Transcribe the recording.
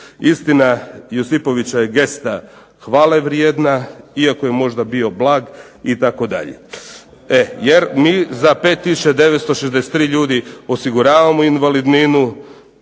Istina je Josipovićeva je gesta hvale vrijedna iako je možda bio blag itd. e jer mi za 5 tisuća 963 ljudi osiguravamo invalidninu